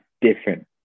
different